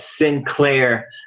sinclair